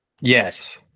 Yes